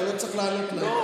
אתה לא צריך לענות להם.